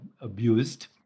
abused